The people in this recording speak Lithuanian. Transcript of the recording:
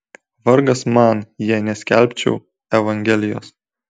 vargas man jei neskelbčiau evangelijos